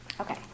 Okay